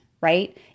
right